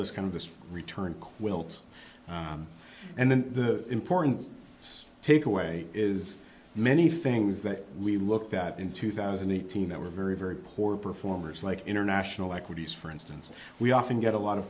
this kind of the return quilt and then the important us takeaway is many things that we looked at in two thousand and eighteen that were very very poor performers like international equities for instance we often get a lot of